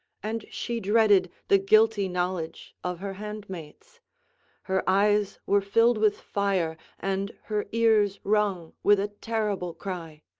and she dreaded the guilty knowledge of her handmaids her eyes were filled with fire and her ears rung with a terrible cry.